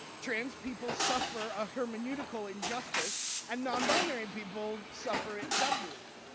trans people suffer a hermeneutical injustice and non-binary people suffer it doubly.